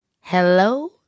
hello